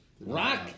Rock